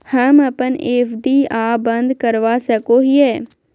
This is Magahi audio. हम अप्पन एफ.डी आ बंद करवा सको हियै